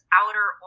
outer